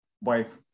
wife